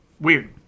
Weird